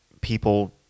people